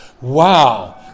wow